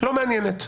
לא מעניינת.